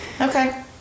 Okay